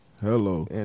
hello